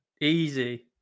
Easy